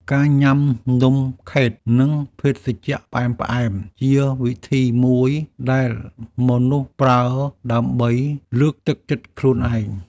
ការញ៉ាំនំខេក និងភេសជ្ជៈផ្អែមៗ ជាវិធីមួយដែលមនុស្សប្រើដើម្បីលើកទឹកចិត្តខ្លួនឯង។